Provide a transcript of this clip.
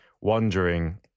wondering